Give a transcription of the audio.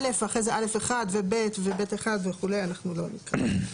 א ואחרי זה א1 ו-ב ו-ב1 וכו' אנחנו לא נקרא.